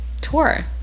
tour